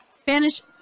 Spanish